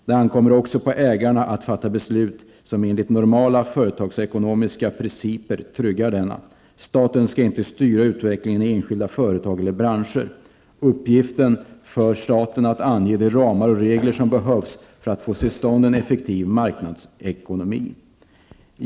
Det ankommer också på ägarna att fatta beslut som enligt normala företagsekonomiska principer tryggar denna. Staten skall inte styra utvecklingen i enskilda företag eller branscher. Uppgiften för staten är att ange de ramar och regler som behövs för att få till stånd en effektiv marknadsekonomi.